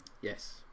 Yes